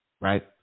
right